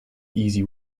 easy